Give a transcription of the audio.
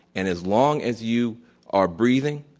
and as long as you are breathing,